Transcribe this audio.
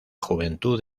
juventud